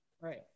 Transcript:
right